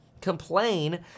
complain